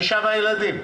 לא,